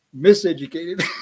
miseducated